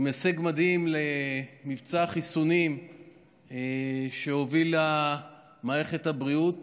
עם הישג מדהים למבצע החיסונים שהובילו מערכת הבריאות